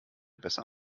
besser